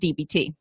DBT